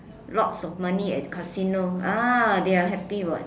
lots of money at casino ah they are happy [what]